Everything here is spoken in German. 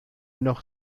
noch